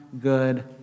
good